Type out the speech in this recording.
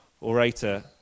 orator